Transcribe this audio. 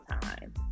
time